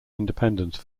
independence